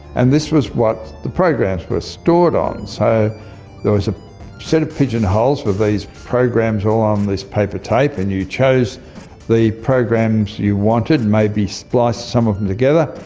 and this was what the programs were stored on. so there was a set of pigeonholes with these programs all on this paper tape, and you chose the programs you wanted, maybe spliced some of them together.